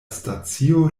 stacio